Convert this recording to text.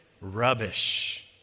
Rubbish